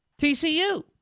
TCU